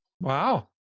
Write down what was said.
Wow